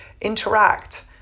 interact